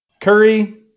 Curry